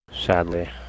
Sadly